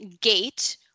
gate